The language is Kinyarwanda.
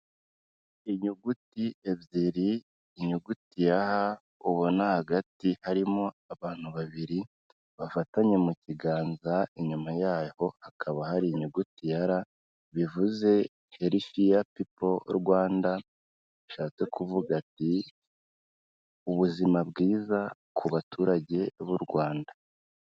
Inyuguti ebyiri, inyuguti ya H ubona hagati harimo abantu babiri bafatanye mu kiganza, inyuma yaho hakaba hari inyuguti ya R, bivuze healthy people Rwanda bishatse kuvuga ati ''Ubuzima bwiza ku baturage b'u Rwanda.''